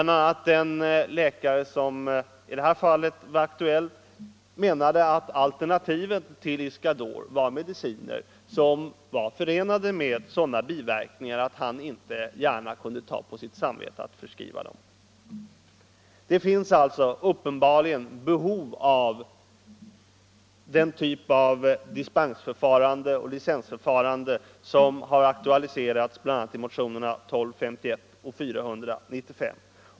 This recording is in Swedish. a. menade den läkare som i det här fallet var aktuell att alternativet till Iscador var mediciner med sådana biverkningar att han inte gärna kunde ta på sitt samvete att förskriva dem. Det finns uppenbarligen behov av den typ av dispens och licensförfarande som har aktualiserats bl.a. i motionerna 1251 och 495.